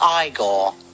Igor